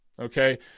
Okay